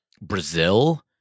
Brazil